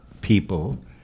people